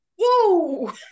Whoa